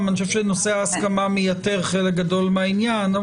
שנושא ההסכמה מייתר חלק גדול מהעניין.